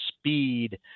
speed